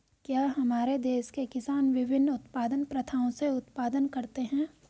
क्या हमारे देश के किसान विभिन्न उत्पादन प्रथाओ से उत्पादन करते हैं?